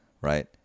right